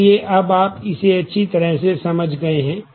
इसलिए अब आप इसे अच्छी तरह से समझ गए हैं